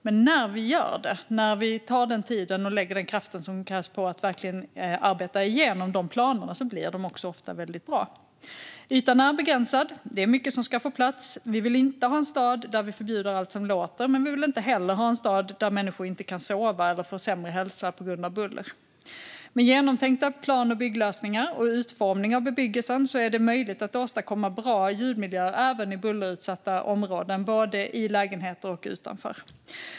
Men när vi gör det och tar den tiden och lägger den kraft som krävs på att verkligen arbeta igenom de planerna så blir de också ofta väldigt bra. Ytan är begränsad. Det är mycket som ska få plats. Vi vill inte ha en stad där vi förbjuder allt som låter, men vi vill inte heller ha en stad där människor inte kan sova eller får sämre hälsa på grund av buller. Med genomtänkta plan och bygglösningar och utformning av bebyggelsen är det möjligt att åstadkomma bra ljudmiljö även i bullerutsatta områden, både i lägenheter och utanför.